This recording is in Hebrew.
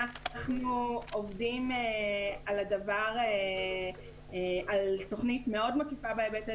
אנחנו עובדים על תוכנית מאוד מקיפה בהיבט הזה,